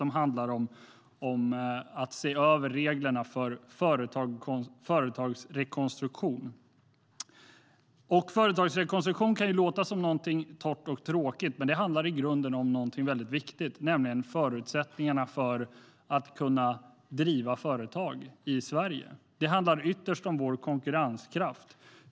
Det handlar om att se över reglerna för företagsrekonstruktion. Det handlar ytterst om vår konkurrenskraft.